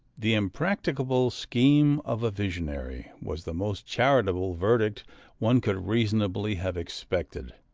the impracticable scheme of a visionary, was the most charitable verdict one could reasonably have expected.